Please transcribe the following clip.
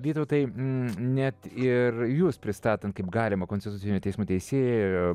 vytautai net ir jus pristatant kaip galimą konstitucinio teismo teisėją